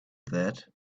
that